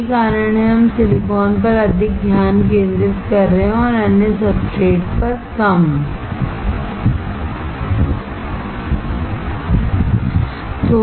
यही कारण है कि हम सिलिकॉन पर अधिक ध्यान केंद्रित कर रहे हैं और अन्य सबस्ट्रेट्स पर कम कर रहे हैं